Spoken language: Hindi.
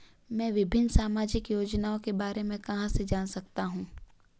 मैं विभिन्न सामाजिक योजनाओं के बारे में कहां से जान सकता हूं?